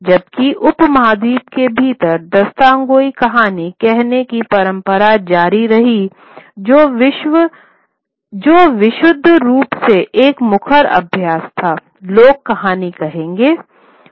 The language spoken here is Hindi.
जबकि उपमहाद्वीप के भीतर दास्तानगोई कहानी कहने की परंपरा जारी रही जो विशुद्ध रूप से एक मुखर अभ्यास था लोग कहानियां कहेंगे